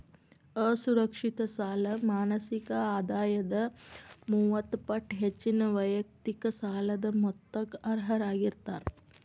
ಅಸುರಕ್ಷಿತ ಸಾಲ ಮಾಸಿಕ ಆದಾಯದ ಮೂವತ್ತ ಪಟ್ಟ ಹೆಚ್ಚಿನ ವೈಯಕ್ತಿಕ ಸಾಲದ ಮೊತ್ತಕ್ಕ ಅರ್ಹರಾಗಿರ್ತಾರ